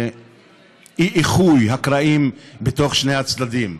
אי-איחוי הקרעים בין שני הצדדים.